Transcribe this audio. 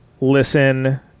listen